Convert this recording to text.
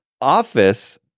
office